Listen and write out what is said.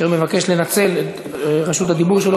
אשר מבקש לנצל את רשות הדיבור שלו,